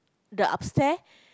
the upstair